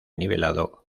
nivelado